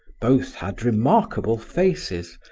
both had remarkable faces,